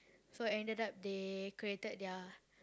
so ended up they created their